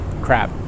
crap